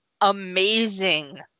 amazing